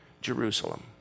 Jerusalem